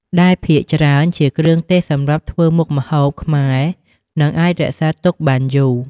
ដែលភាគច្រើនជាគ្រឿងទេសសម្រាប់ធ្វើមុខម្ហួបខ្មែរ និងអាចរក្សាទុកបានយូរ។